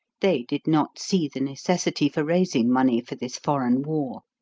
they did not see the necessity for raising money for this foreign war.